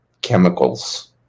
chemicals